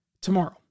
tomorrow